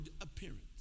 appearance